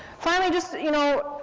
finally, just, you know,